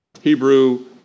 Hebrew